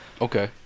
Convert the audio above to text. okay